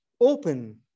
Open